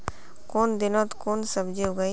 कुन दिनोत कुन सब्जी उगेई?